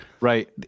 Right